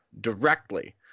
directly